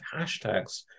hashtags